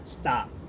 Stop